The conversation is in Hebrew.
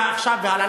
מעכשיו והלאה,